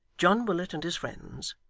john willet and his friends,